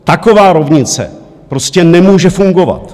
Taková rovnice prostě nemůže fungovat.